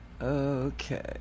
Okay